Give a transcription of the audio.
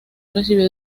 recibió